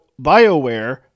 Bioware